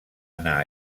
anar